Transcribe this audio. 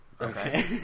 Okay